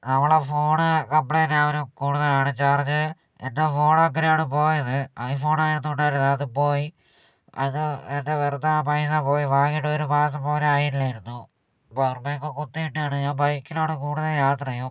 നമ്മളെ phone complaint ആവാനും കൂടുതലാണ് ചാർജ് എൻ്റെ ഫോൺ അങ്ങനെയാണ് പോയത് ഐ ഫോൺ ആയിരുന്നു ഉണ്ടായിരുന്നത് അത് പോയി അത് എൻ്റെ വെറുതെ ആ പൈസ പോയി വാങ്ങിയിട്ട് ഒരു മാസം പോലും ആയില്ലായിരുന്നു പവർ ബാങ്ക് കുത്തിയിട്ടാണ് ഞാൻ ബൈക്കിലാണ് കൂടുതൽ യാത്രയും